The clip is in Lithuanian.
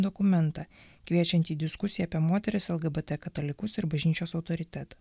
dokumentą kviečiantį diskusijai apie moteris lgbt katalikus ir bažnyčios autoritetą